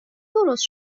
درست